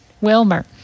Wilmer